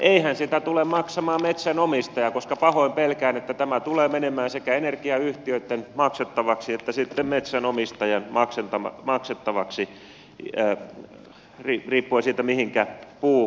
eihän sitä tule maksamaan metsänomistaja koska pahoin pelkään että tämä tulee menemään sekä energiayhtiöitten maksettavaksi että sitten metsänomistajan maksettavaksi riippuen siitä mihinkä puu on menossa